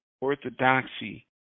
Orthodoxy